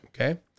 Okay